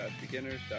beginners